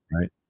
Right